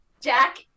Jack